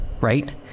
right